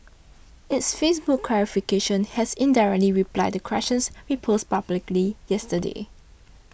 its Facebook clarification has indirectly replied the questions we posed publicly yesterday